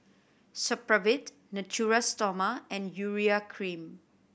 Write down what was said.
Supravit Natura Stoma and Urea Cream